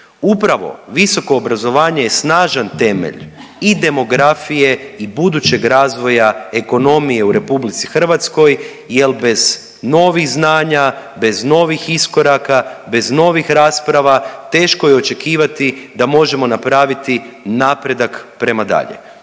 Upravo visoko obrazovanje je snažan temelj i demografije i budućeg razvoja ekonomije u RH jer bez novih znanja, bez novih iskoraka, bez novih rasprava teško je očekivati da možemo napraviti napredak prema dalje.